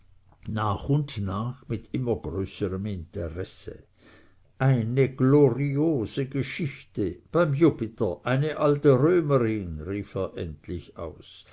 nach und nach mit immer größerem interesse eine gloriose geschichte beim jupiter eine alte römerin rief er endlich aus